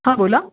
हां बोला